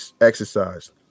exercise